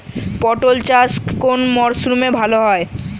পটল চাষ কোন মরশুমে ভাল হয়?